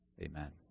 amen